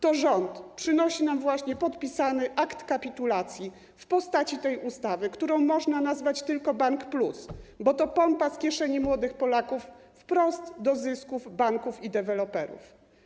To rząd przynosi nam właśnie podpisany akt kapitulacji w postaci tej ustawy, którą można nazwać tylko Bank+, bo to pompa zasysająca z kieszeni młodych Polaków i tłocząca wprost do puli zysków banków i deweloperów.